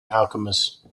alchemist